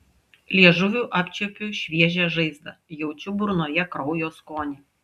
liežuviu apčiuopiu šviežią žaizdą jaučiu burnoje kraujo skonį